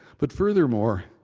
but furthermore,